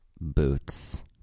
Boots